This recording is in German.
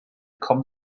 kommt